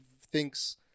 thinks